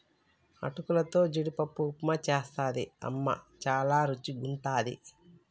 అటుకులతో జీడిపప్పు ఉప్మా చేస్తది అమ్మ చాల రుచిగుంటది